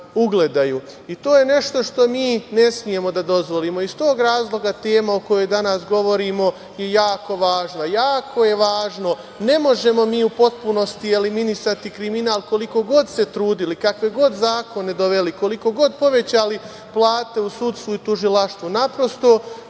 je nešto što mi ne smemo da dozvolimo. Iz tog razloga tema o kojoj danas govorimo je jako važna. Ne možemo mi u potpunosti eliminisati kriminal, koliko god se trudili, kakve god zakone donosili, koliko god povećali plate u sudstvu i tužilaštvu. Naprosto,